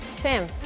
Tim